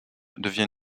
devient